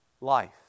life